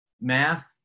math